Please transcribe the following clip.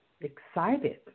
excited